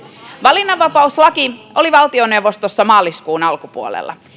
valinnanvapauslaki oli valtioneuvostossa maaliskuun alkupuolella